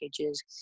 packages